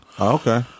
Okay